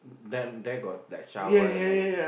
then there got like shower and everything